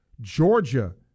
Georgia